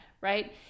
right